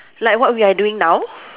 like what we are doing now